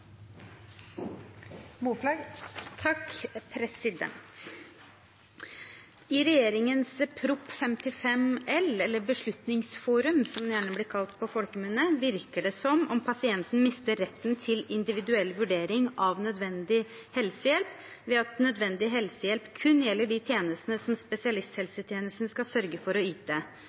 regjeringens Prop. 55 L virker det som om pasienten mister retten til individuell vurdering av nødvendig helsehjelp, ved at nødvendig helsehjelp kun gjelder de tjenestene som spesialisthelsetjenesten skal sørge for å yte.